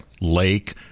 lake